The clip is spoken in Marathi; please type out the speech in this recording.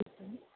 ठीक आहे